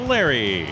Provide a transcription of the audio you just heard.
Larry